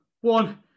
one